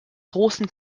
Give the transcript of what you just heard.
großen